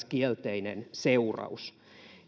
kielteinen seuraus